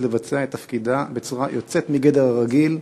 לבצע את תפקידה בצורה יוצאת מגדר הרגיל.